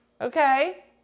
Okay